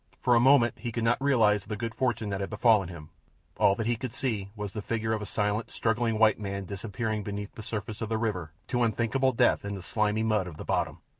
for a moment he could not realize the good fortune that had befallen him all that he could see was the figure of a silent, struggling white man disappearing beneath the surface of the river to unthinkable death in the slimy mud of the bottom.